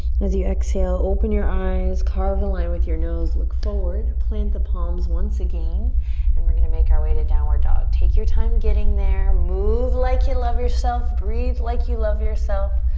as you exhale, open your eyes, carve a line with your nose, look forward, plant the palms once again and we're gonna make our way to downward dog. take your time getting there. move like you love yourself, breathe like you love yourself.